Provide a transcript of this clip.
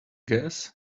guess